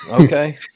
okay